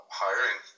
hiring